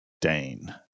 Dane